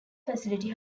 facility